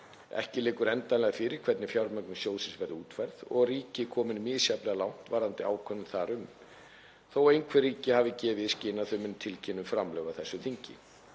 Ekki liggur endanlega fyrir hvernig fjármögnun sjóðsins verður útfærð og eru ríki komin misjafnlega langt varðandi ákvörðun þar um þó að einhver ríki hafi gefið í skyn að þau muni tilkynna um framlög á þessu þingi.